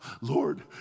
Lord